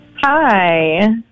Hi